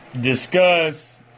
discuss